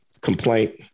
complaint